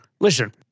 Listen